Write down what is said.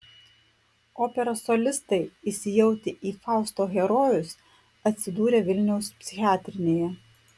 operos solistai įsijautę į fausto herojus atsidūrė vilniaus psichiatrinėje